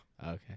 Okay